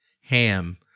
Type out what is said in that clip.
ham